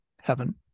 Heaven